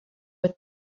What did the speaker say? with